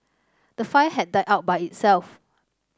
the fire had died out by itself